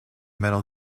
metal